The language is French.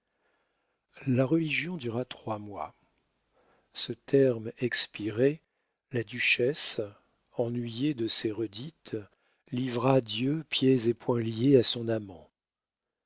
la religion dura trois mois ce terme expiré la duchesse ennuyée de ses redites livra dieu pieds et poings liés à son amant